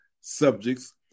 subjects